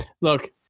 Look